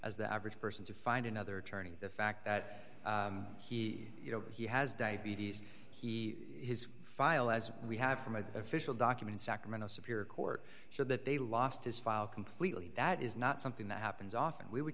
as the average person to find another attorney the fact that he you know he has diabetes he has file as we have from an official document sacramento superior court so that they lost his file completely that is not something that happens often we w